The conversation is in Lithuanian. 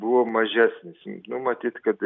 buvo mažesnis nu matyt kad